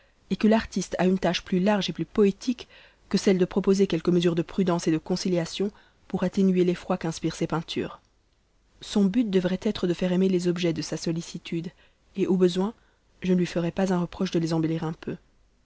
et que l'artiste a une tâche plus large et plus poétique que celle de proposer quelques mesures de prudence et de conciliation pour atténuer l'effroi qu'inspirent ses peintures son but devrait être de faire aimer les objets de sa sollicitude et au besoin je ne lui ferais pas un reproche de les embellir un peu